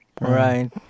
right